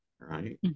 right